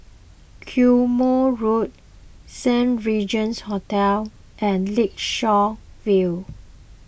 Quemoy Road Saint Regis Hotel and Lakeshore View